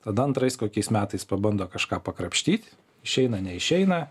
tada antrais kokiais metais pabando kažką pakrapštyt išeina neišeina